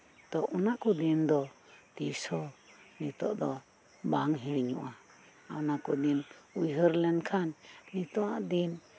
ᱛᱚ ᱚᱱᱟᱠᱩ ᱫᱤᱱ ᱫᱚ ᱛᱤᱥᱦᱚᱸ ᱱᱤᱛᱚᱜ ᱫᱚ ᱵᱟᱝ ᱦᱤᱲᱤᱧᱚᱜ ᱟ ᱟᱨ ᱚᱱᱟᱠᱩ ᱫᱤᱱ ᱩᱭᱦᱟᱹᱨ ᱞᱮᱱᱠᱷᱟᱱ ᱱᱤᱛᱚᱜ ᱟ ᱫᱤᱱ